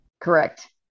Correct